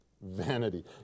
Vanity